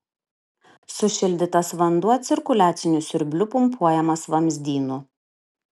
sušildytas vanduo cirkuliaciniu siurbliu pumpuojamas vamzdynu